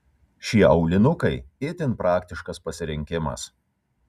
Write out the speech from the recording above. šie aulinukai itin praktiškas pasirinkimas